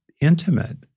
intimate